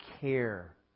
care